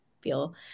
feel